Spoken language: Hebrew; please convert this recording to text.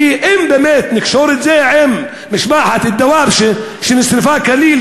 ואם באמת נקשור את זה עם משפחת דוואבשה שנשרפה כליל,